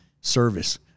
service